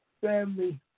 Family